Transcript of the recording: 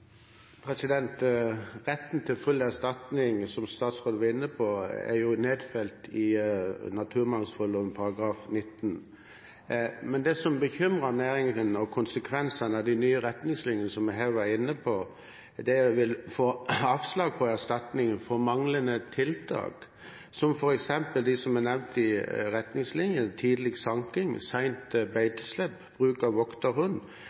Retten til full erstatning, som statsråden var inne på, er nedfelt i naturmangfoldloven § 19. Men det som bekymrer næringen, er konsekvensene av de nye retningslinjene, som vi her var inne på, og at man vil få avslag på kravet om erstatning for manglende tiltak, som f.eks. de som er nevnt i retningslinjene: tidlig sanking, seint beiteslepp, bruk av vokterhund,